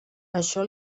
això